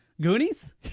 Goonies